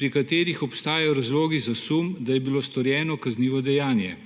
pri katerih obstajajo razlogi za sum, da je bilo storjeno kaznivo dejanje.